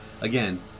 Again